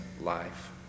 life